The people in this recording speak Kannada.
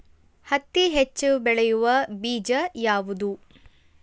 ಹತ್ತಿ ಹೆಚ್ಚ ಬೆಳೆಯುವ ಬೇಜ ಯಾವುದು?